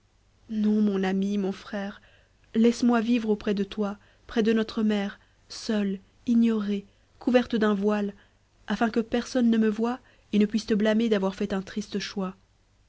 non mon ami mon frère laisse-moi vivre auprès de toi près de notre mère seule ignorée couverte d'un voile afin que personne ne me voie et ne puisse te blâmer d'avoir fait un triste choix